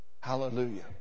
Hallelujah